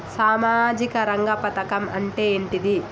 సామాజిక రంగ పథకం అంటే ఏంటిది?